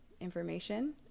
information